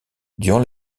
durant